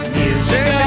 music